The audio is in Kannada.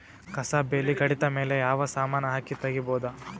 ಕಸಾ ಬೇಲಿ ಕಡಿತ ಮೇಲೆ ಯಾವ ಸಮಾನ ಹಾಕಿ ತಗಿಬೊದ?